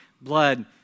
blood